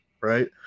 right